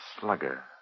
Slugger